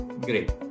Great